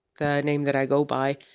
the name that i go by,